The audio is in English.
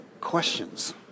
questions